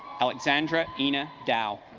alexandra ena dow